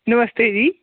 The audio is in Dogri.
नमस्ते जी